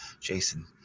Jason